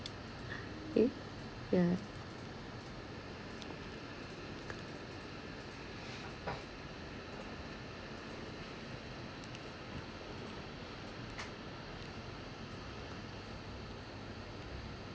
eh yeah